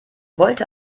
wollte